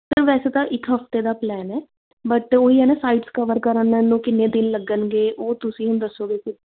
sir ਵੈਸੇ ਤਾਂ ਇੱਕ ਹਫਤੇ ਦਾ ਪਲੈਨ ਹੈ ਬਟ ਉਹੀ ਹੈ ਨਾ ਸਾਈਟਸ ਕਵਰ ਕਰਨ ਮੈਨੂੰ ਕਿੰਨੇ ਦਿਨ ਲੱਗਣਗੇ ਉਹ ਤੁਸੀਂ ਹੁਣ ਦੱਸੋਗੇ